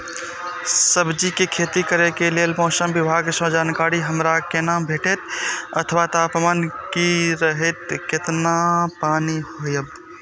सब्जीके खेती करे के लेल मौसम विभाग सँ जानकारी हमरा केना भेटैत अथवा तापमान की रहैत केतना पानी होयत?